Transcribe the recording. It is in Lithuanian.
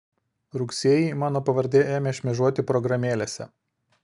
rugsėjį mano pavardė ėmė šmėžuoti programėlėse